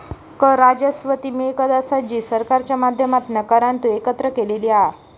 कर राजस्व ती मिळकत असा जी सरकारच्या माध्यमातना करांतून एकत्र केलेली हा